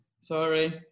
Sorry